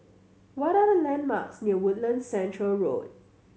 what are the landmarks near Woodlands Centre Road